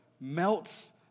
melts